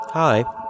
hi